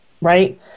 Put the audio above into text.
right